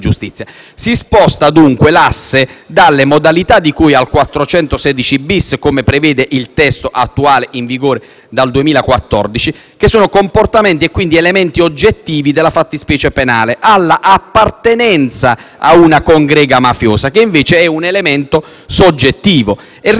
dalle modalità di cui all'articolo 416-*bis* - come prevede l'attuale testo, in vigore dal 2014 - che sono comportamenti ed elementi oggettivi della fattispecie penale, alla appartenenza a una congrega mafiosa, che invece è un elemento soggettivo. Si rischia, quindi, di rendere tutto più aleatorio, ottenendo